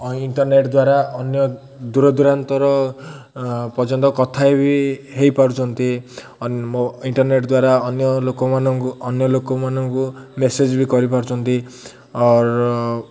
internet ଦ୍ୱାରା ଅନ୍ୟ ଦୂରଦୂରାନ୍ତର ପର୍ଯ୍ୟନ୍ତ କଥା ବି ହେଇପାରୁଛନ୍ତି ଇଣ୍ଟରନେଟ୍ ଦ୍ୱାରା ଅନ୍ୟ ଲୋକମାନଙ୍କୁ ଅନ୍ୟ ଲୋକମାନଙ୍କୁ ମେସେଜ୍ବି କରିପାରୁଛନ୍ତି ଅର